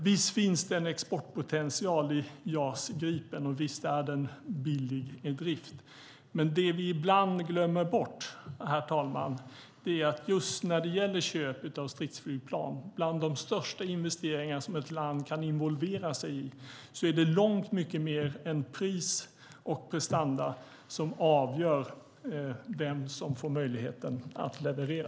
Visst finns det en exportpotential i JAS Gripen, och visst är den billig i drift. Men det vi ibland glömmer bort, herr talman, är att just när det gäller köp av stridsflygplan, bland de största investeringar som ett land kan involveras i, är det långt mycket mer än pris och prestanda som avgör vem som får möjligheten att leverera.